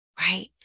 right